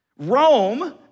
Rome